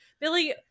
Billy